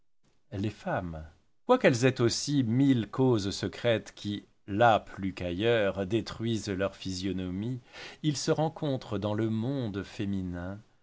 sont les femmes quoiqu'elles aient aussi mille causes secrètes qui là plus qu'ailleurs détruisent leur physionomie il se rencontre dans le monde féminin